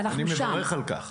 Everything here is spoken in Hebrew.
אני מברך על כך.